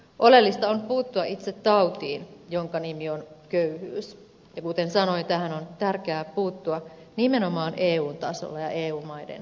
oleellista on puuttua itse tautiin jonka nimi on köyhyys ja kuten sanoin tähän on tärkeä puuttua nimenomaan eun tasolla ja eu maiden yhteistyöllä